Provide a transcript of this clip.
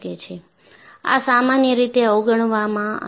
આ સામાન્ય રીતે અવગણવામાં આવે છે